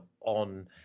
on